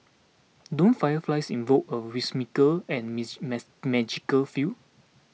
don't fireflies invoke a whimsical and miss mess magical feel